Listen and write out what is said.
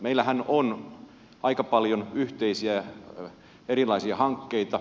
meillähän on aika paljon erilaisia yhteisiä hankkeita